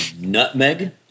nutmeg